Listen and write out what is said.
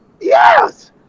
Yes